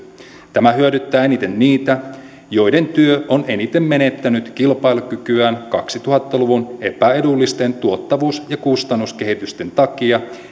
tämä hyödyttää eniten niitä joiden työ on eniten menettänyt kilpailukykyään kaksituhatta luvun epäedullisten tuottavuus ja kustannuskehitysten takia